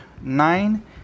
Nine